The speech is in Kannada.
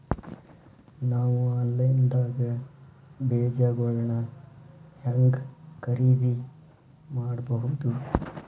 ನಾವು ಆನ್ಲೈನ್ ದಾಗ ಬೇಜಗೊಳ್ನ ಹ್ಯಾಂಗ್ ಖರೇದಿ ಮಾಡಬಹುದು?